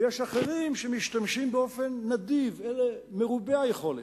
ויש אחרים שמשתמשים באופן נדיב, אלה מרובי היכולת.